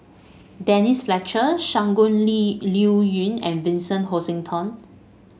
Denise Fletcher Shangguan Li Liuyun and Vincent Hoisington